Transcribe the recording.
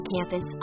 Campus